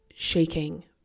Shaking